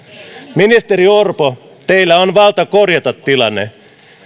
ministeri orpo teillä on valta korjata tilanne